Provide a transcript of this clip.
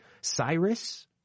Cyrus